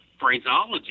phraseology